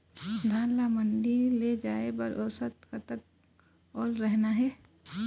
धान ला मंडी ले जाय बर औसत कतक ओल रहना हे?